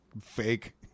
fake